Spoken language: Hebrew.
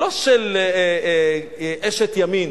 לא של אשת ימין,